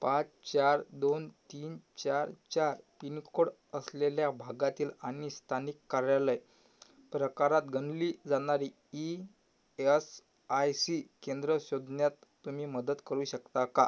पाच चार दोन तीन चार चार पिनकोड असलेल्या भागातील आणि स्थानिक कार्यालय प्रकारात गणली जाणारी ई यस आय सी केंद्र शोधण्यात तुम्ही मदत करू शकता का